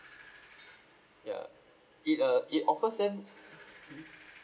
ya it uh it offers them mmhmm